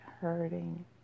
hurting